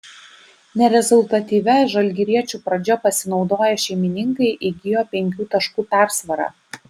nerezultatyvia žalgiriečių pradžia pasinaudoję šeimininkai įgijo penkių taškų persvarą